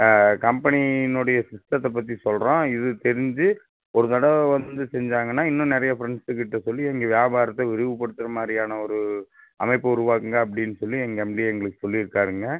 கம்பெனியினுடைய சிஸ்டத்தை பற்றி சொல்கிறோம் இது தெரிஞ்சு ஒரு தடவை வந்து செஞ்சாங்கனா இன்னும் நிறைய ஃப்ரெண்ட்ஸுங்கிட்டே சொல்லி எங்கள் வியாபாரத்தை விரிவு படுத்துகிற மாதிரியான ஒரு அமைப்பு உருவாக்குங்க அப்படின்னு சொல்லி எங்கள் எம்டி எங்களுக்கு சொல்லியிருக்காருங்க